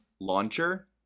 Launcher